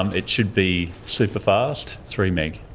um it should be superfast, three meg.